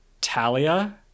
Talia